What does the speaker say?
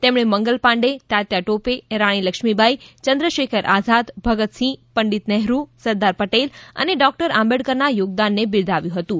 તેમણે મંગલ પાંડે તાત્યા તોપે રાની લક્ષ્મીબાઈ ચંદ્રશેખર આઝાદ ભગતસિંહ પંડિત નેહરૂ સરદાર પટેલ અને ડોકટર આંબેડકરના યોગદાનને બિરદાવયુ હતું